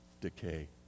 decay